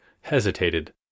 hesitated